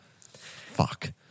Fuck